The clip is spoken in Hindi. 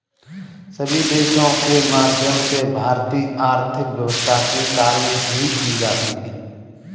सभी देशों के माध्यम से भारतीय आर्थिक व्यवस्था की तारीफ भी की जाती है